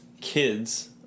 kids